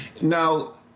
Now